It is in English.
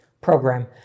program